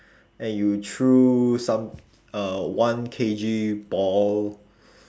and you threw some a one K_G ball